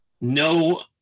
no